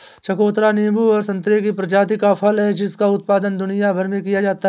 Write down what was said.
चकोतरा नींबू और संतरे की प्रजाति का फल है जिसका उत्पादन दुनिया भर में किया जाता है